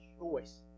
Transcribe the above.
choice